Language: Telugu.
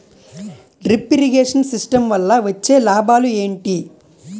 డ్రిప్ ఇరిగేషన్ సిస్టమ్ వల్ల వచ్చే లాభాలు ఏంటి?